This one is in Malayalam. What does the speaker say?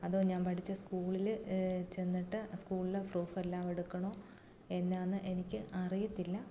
അതോ ഞാൻ പഠിച്ച സ്കൂളിൽ ചെന്നിട്ട് സ്കൂളിലെ ഫ്രൂഫ് എല്ലാം എടുക്കണോ എന്താണെന്ന് എനിക്ക് അറിയത്തില്ല